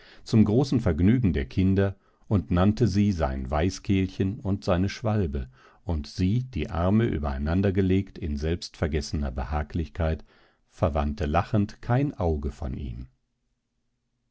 zum großen vergnügen der kinder und nannte sie sein weißkehlchen und seine schwalbe und sie die arme übereinandergelegt in selbstvergessener behaglichkeit verwandte lachend kein auge von ihm